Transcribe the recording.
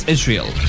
Israel